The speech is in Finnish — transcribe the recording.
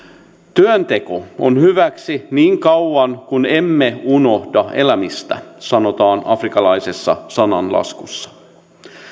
työnteko on hyväksi niin kauan kuin emme unohda elämistä sanotaan afrikkalaisessa sananlaskussa